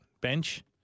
bench